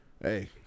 Hey